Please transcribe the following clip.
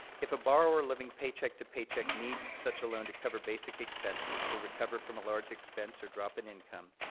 if a borrower living paycheck to paycheck needs such a loan to cover basic expenses or recover from a large expense or drop in income,